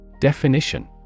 Definition